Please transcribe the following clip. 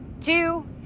two